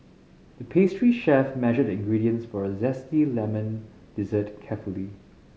the pastry chef measured the ingredients for a zesty lemon dessert carefully